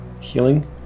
healing